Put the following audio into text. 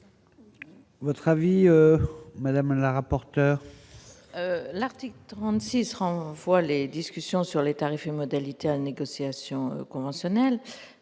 Votre avis madame la rapporteure.